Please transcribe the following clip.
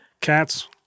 Cats